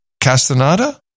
Castaneda